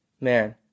man